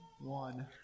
one